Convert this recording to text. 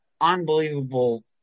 unbelievable